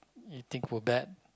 you think for that